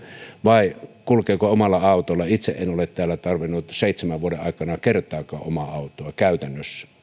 vai kulkeeko omalla autolla itse en ole täällä tarvinnut seitsemän vuoden aikana kertaakaan omaa autoa käytännössä